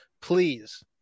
Please